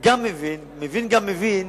מבין גם מבין,